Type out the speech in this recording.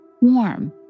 warm